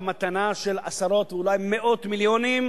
מתנה של עשרות ואולי מאות מיליונים.